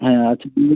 হ্যাঁ আচ্ছা বলুন